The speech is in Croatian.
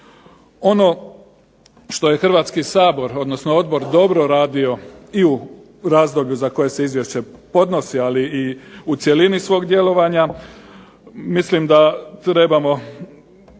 Ono što je Hrvatski sabor, odnosno odbor dobro radio i u razdoblju za koje se izvješće podnosi, ali i u cjelini svog djelovanja, mislim da trebamo